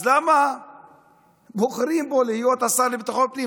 אז למה בוחרים בו להיות השר לביטחון פנים?